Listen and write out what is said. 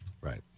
right